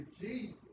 Jesus